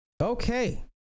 Okay